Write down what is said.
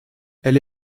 elle